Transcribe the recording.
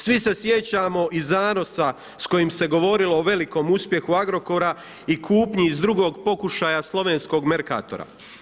Svi se sjećamo i zanosa s kojim se govorilo o velikom uspjehu Agrokora i kupnji iz drugog pokušaja slovenskog Mercatora.